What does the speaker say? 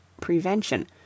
prevention